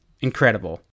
incredible